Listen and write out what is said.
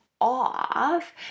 off